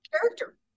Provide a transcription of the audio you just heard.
character